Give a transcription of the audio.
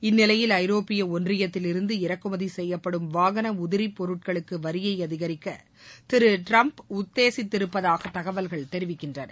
இந்நிலையில் ஐரோப்பிய ஒன்றியத்தில் இருந்து இறக்குமதி செய்யப்படும் வாகன உதிரி பொருட்களுக்கு வரியை அதிகரிக்க திரு டிரம்ப் உத்தேசித்திருப்பதாக தகவல்கள் தெரிவிக்கின்றன